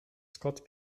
scott